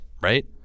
right